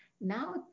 now